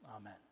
Amen